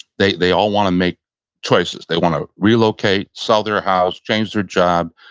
they they all want to make choices. they want to relocate. sell their house. change their job.